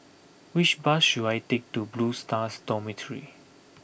which bus should I take to Blue Stars Dormitory